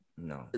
No